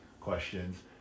questions